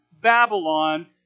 Babylon